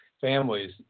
families